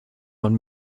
man